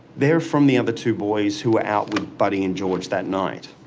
they're from the other two boys who were out with buddy and george that night.